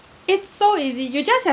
it's so easy you just